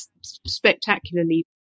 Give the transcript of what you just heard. spectacularly